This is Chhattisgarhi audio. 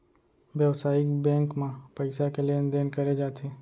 बेवसायिक बेंक म पइसा के लेन देन करे जाथे